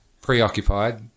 preoccupied